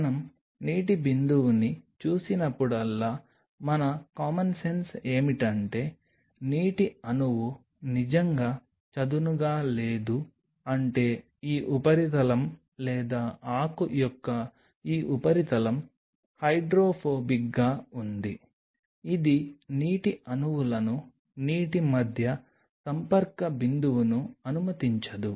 మనం నీటి బిందువుని చూసినప్పుడల్లా మన కామన్సెన్స్ ఏమిటంటే నీటి అణువు నిజంగా చదునుగా లేదు అంటే ఈ ఉపరితలం లేదా ఆకు యొక్క ఈ ఉపరితలం హైడ్రోఫోబిక్గా ఉంది ఇది నీటి అణువులను నీటి మధ్య సంపర్క బిందువును అనుమతించదు